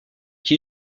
qui